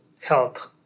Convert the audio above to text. health